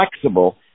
flexible